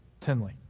Tinley